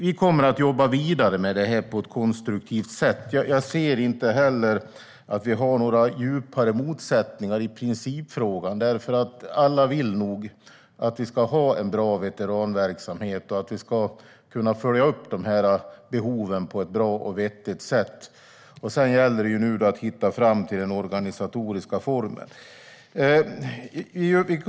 Vi kommer att jobba vidare med detta på ett konstruktivt sätt. Jag ser inte heller att det finns några djupare motsättningar i principfrågan. Alla vill nog att vi ska ha en bra veteranverksamhet och att vi ska kunna följa upp behoven på ett bra och vettigt sätt. Sedan gäller det nu att hitta fram till den organisatoriska formen.